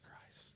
Christ